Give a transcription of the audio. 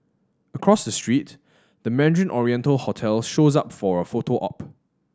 across the street the Mandarin Oriental hotel shows up for a photo op